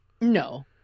No